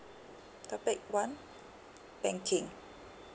topic one banking